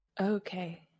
Okay